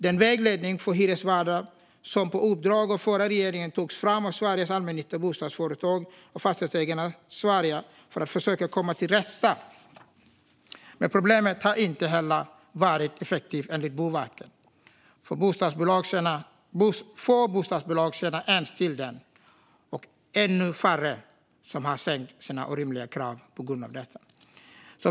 Den vägledning för hyresvärdar som på uppdrag av den förra regeringen togs fram av Sveriges allmännyttiga bostadsföretag och Fastighetsägarna Sverige för att försöka komma till rätta med problemet har inte heller varit effektiv, enligt Boverket. Få bostadsbolag känner ens till den, och ännu färre har sänkt sina orimliga krav på grund av den.